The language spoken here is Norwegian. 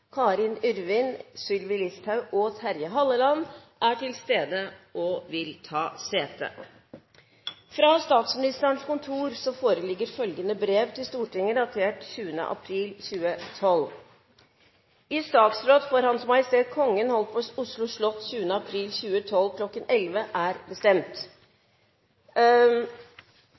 Karin Yrvin, Sylvi Listhaug og Terje Halleland er til stede og vil ta sete. Fra Statsministerens kontor foreligger følgende brev til Stortinget, datert 20. april 2012: «I statsråd for H.M. Kongen holdt på Oslo slott 20. april 2012 kl. 1100 er bestemt: